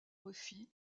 refit